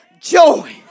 joy